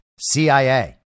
CIA